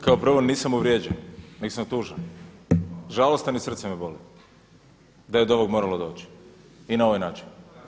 Kao prvo nisam uvrijeđen, nego sam tužan, žalostan i srce me boli da je do ovoga moralo doći i na ovaj način.